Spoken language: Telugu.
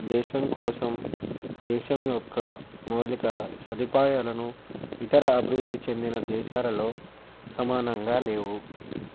దేశం కోసం దేశం యొక్క మౌలిక సదుపాయాలను ఇతర అభివృద్ధి చెందిన దేశాలలో సమానంగా లేవు